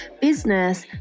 business